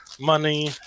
money